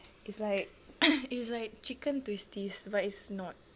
it's like it's like chicken twisties but is not